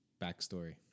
backstory